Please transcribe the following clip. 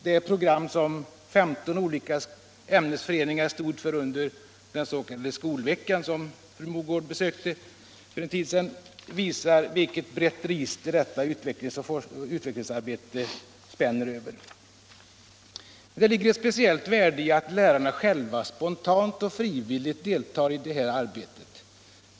Det program som 15 olika ämnesföreningar stod för under den s.k. Skolveckan för en tid sedan, som fru Mogård f.ö. besökte, visar vilket brett register detta utvecklingsarbete spänner över. Det ligger ett speciellt värde i att lärarna själva spontant och frivilligt deltar i sådant arbete.